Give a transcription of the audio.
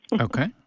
Okay